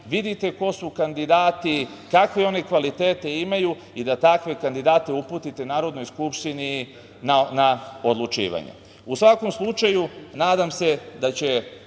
vidite ko su kandidati, kakve oni kvalitete imaju i da takve kandidate uputite Narodnoj skupštini na odlučivanje.U svakom slučaju, nadam se da će